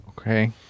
Okay